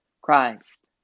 Christ